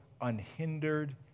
unhindered